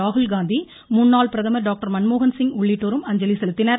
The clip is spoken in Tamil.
ராகுல்காந்தி முன்னாள் பிரதமர் டாக்டர் மன்மோகன்சிங் உள்ளிட்டோர் அஞ்சலி செலுத்தினர்